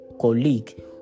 colleague